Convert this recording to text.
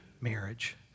marriage